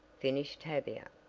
finished tavia,